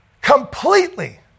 Completely